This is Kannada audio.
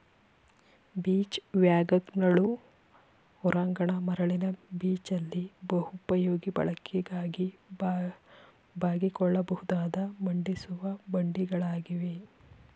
ಬೀಚ್ ವ್ಯಾಗನ್ಗಳು ಹೊರಾಂಗಣ ಮರಳಿನ ಬೀಚಲ್ಲಿ ಬಹುಪಯೋಗಿ ಬಳಕೆಗಾಗಿ ಬಾಗಿಕೊಳ್ಳಬಹುದಾದ ಮಡಿಸುವ ಬಂಡಿಗಳಾಗಿವೆ